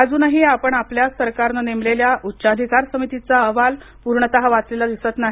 अजूनही आपण आपल्याच सरकारनं नेमलेल्या उच्चाधिकार समितीचा अहवाल पूर्णतः वाचलेला दिसत नाही